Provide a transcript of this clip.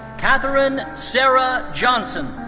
catherine sarah johnson.